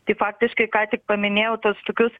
tai faktiškai ką tik paminėjau tuos tokius